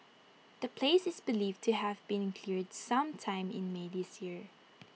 the place is believed to have been cleared some time in may this year